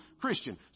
Christian